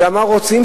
ומה רוצים?